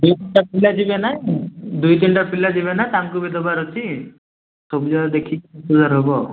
ଦୁଇଟା ପିଲା ଯିବେ ନା ଦୁଇ ତିନିଟା ପିଲା ଯିବେ ନା ତାଙ୍କୁ ବି ଦେବାର ଅଛି ସବୁଯାକ ଦେଖିକି ଦଶ ହଜାର ହେବ ଆଉ